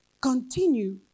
continue